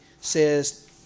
says